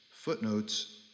footnotes